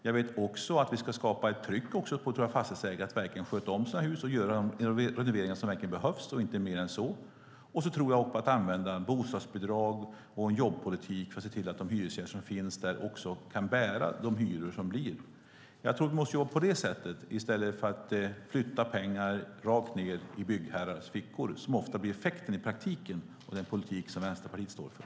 Jag vet också att vi ska skapa ett tryck på fastighetsägare att verkligen sköta om sina hus och göra de renoveringar som verkligen behövs och inte mer än så. Jag tror också på att använda bostadsbidrag och en jobbpolitik för att se till att hyresgästerna kan bära de hyror som blir. Jag tror att vi måste jobba på det sättet i stället för att flytta pengar rakt ned i byggherrars fickor, som ofta blir effekten i praktiken av den politik som Vänsterpartiet står för.